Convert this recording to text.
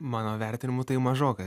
mano vertinimu tai mažokai